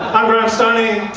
i'm graham stoney.